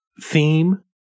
theme